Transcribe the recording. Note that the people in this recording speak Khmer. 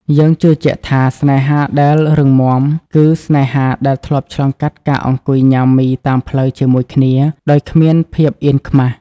យើងជឿជាក់ថា ស្នេហាដែលរឹងមាំ គឺស្នេហាដែលធ្លាប់ឆ្លងកាត់ការអង្គុយញ៉ាំមីតាមផ្លូវជាមួយគ្នាដោយគ្មានភាពអៀនខ្មាស។